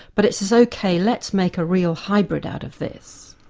but it says ok, let's make a real hybrid out of this